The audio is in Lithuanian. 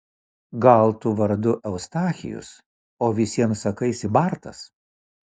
gal tu vardu eustachijus o visiems sakaisi bartas